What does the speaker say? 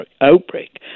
outbreak